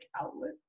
outlet